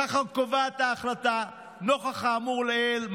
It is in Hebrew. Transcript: ככה קובעת ההחלטה: "נוכח האמור לעיל,